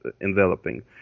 enveloping